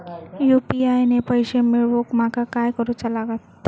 UPI ने पैशे मिळवूक माका काय करूचा लागात?